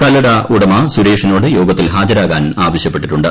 കല്ലട ഉടമ സുരേഷിനോട് യോഗത്തിൽ ഹാജരാകാൻ ആവശ്യപ്പെട്ടിട്ടുണ്ട്